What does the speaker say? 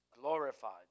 glorified